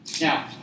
Now